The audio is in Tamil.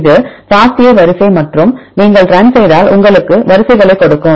இது FASTA வரிசை மற்றும் நீங்கள் ரன் செய்தால் இது உங்களுக்கு வரிசைகளைக் கொடுக்கும்